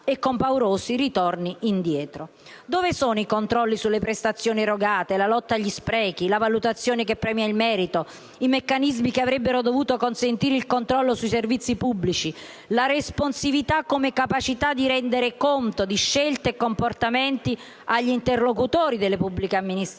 con paurosi ritorni indietro. Dove sono i controlli sulle prestazioni erogate, la lotta agli sprechi, la valutazione che premia il merito, i meccanismi che avrebbero dovuto consentire il controllo sui servizi pubblici, la "responsività" come capacità di rendere conto di scelte e comportamenti agli interlocutori delle pubbliche amministrazioni?